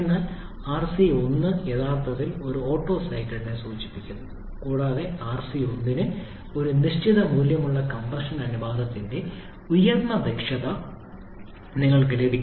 എന്നാൽ rc 1 യഥാർത്ഥത്തിൽ ഒരു ഓട്ടോ സൈക്കിളിനെ സൂചിപ്പിക്കുന്നു കൂടാതെ rc 1 ന് ഒരു നിശ്ചിത മൂല്യമുള്ള കംപ്രഷൻ അനുപാതത്തിന്റെ ഉയർന്ന ദക്ഷത നിങ്ങൾക്ക് ലഭിക്കും